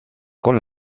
con